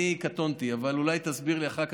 אני קטונתי, אבל אולי תסביר לי אחר כך.